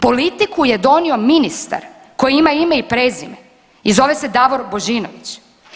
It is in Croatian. Politiku je donio ministar koji ima ime i prezime i zove se Davor Božinović.